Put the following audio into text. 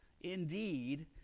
indeed